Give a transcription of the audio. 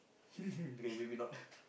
okay maybe not